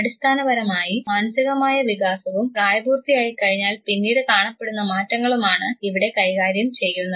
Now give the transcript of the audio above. അടിസ്ഥാനപരമായി മാനസികമായ വികാസവും പ്രായപൂർത്തിയായി കഴിഞ്ഞാൽ പിന്നീട് കാണപ്പെടുന്ന മാറ്റങ്ങളുമാണ് ഇവിടെ കൈകാര്യം ചെയ്യുന്നത്